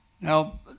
Now